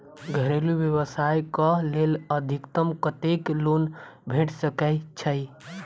घरेलू व्यवसाय कऽ लेल अधिकतम कत्तेक लोन भेट सकय छई?